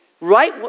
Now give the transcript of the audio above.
Right